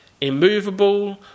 Immovable